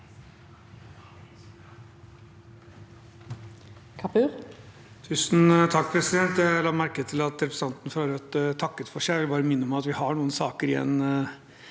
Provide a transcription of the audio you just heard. Kapur (H) Jeg la merke til at representanten fra Rødt takket for seg. Jeg vil bare minne om at vi har noen saker igjen